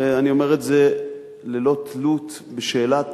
ואני אומר את זה ללא תלות בשאלת